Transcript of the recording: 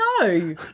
No